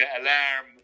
alarm